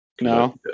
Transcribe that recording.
No